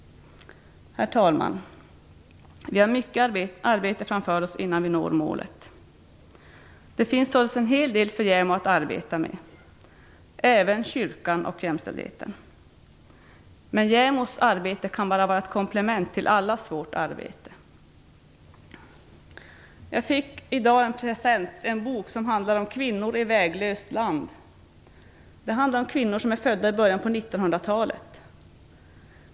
Herr talman! Vi har mycket arbete framför oss innan vi når målet. Det finns således en hel del för JämO att arbeta med, det gäller även kyrkan och jämställdheten. Men JämO:s arbete kan bara vara ett komplement till allas vårt arbete. Jag fick i dag en present, en bok som handlar om kvinnor i väglöst land. Det handlar om kvinnor som är födda i början på 1900-talet.